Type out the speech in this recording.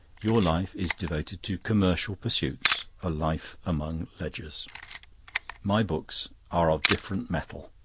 your life is devoted to commercial pursuits a life among ledgers my books are of different metal.